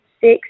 six